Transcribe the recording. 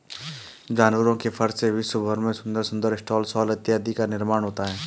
जानवरों के फर से विश्व भर में सुंदर सुंदर स्टॉल शॉल इत्यादि का निर्माण होता है